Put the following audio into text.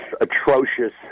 atrocious